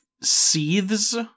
seethes